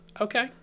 Okay